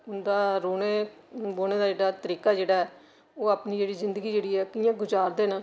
उंदे रौह्ने बौह्ने दा जेह्ड़ा तरीका जेह्ड़ा ऐ ओह् अपनी जेह्ड़ी जिंदगी जेह्ड़ी ऐ कि'यां गुजारदे न